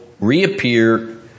reappear